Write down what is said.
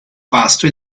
vasto